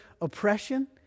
oppression